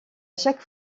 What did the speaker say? chaque